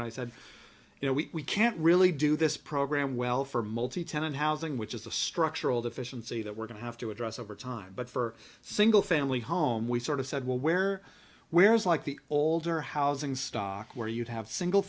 and i said you know we can't really do this program well for multi tenant housing which is a structural deficiency that we're going to have to address over time but for single family home we sort of said well where where is like the older housing stock where you'd have single